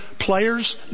players